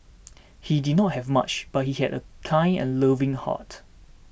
he did not have much but he had a kind and loving heart